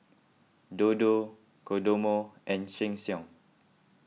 Dodo Kodomo and Sheng Siong